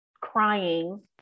crying